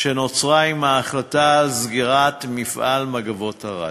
שנוצרה עם ההחלטה על סגירת מפעל "מגבות ערד".